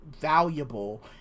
valuable